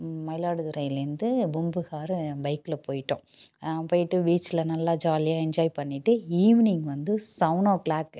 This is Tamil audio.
மயிலாடுதுறைலேருந்து பூம்புகார் பைக்ல போய்ட்டோம் போய்ட்டு பீச்ல நல்லா ஜாலியாக என்ஜாய் பண்ணிட்டு ஈவ்னிங் வந்து சவன் ஓ க்ளாக்கு